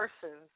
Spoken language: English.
persons